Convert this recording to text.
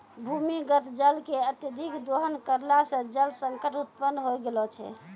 भूमीगत जल के अत्यधिक दोहन करला सें जल संकट उत्पन्न होय गेलो छै